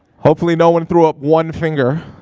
hopefully no one threw up one finger.